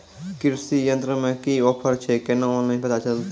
कृषि यंत्र मे की ऑफर छै केना ऑनलाइन पता चलतै?